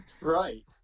right